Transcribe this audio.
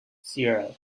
zero